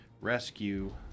rescue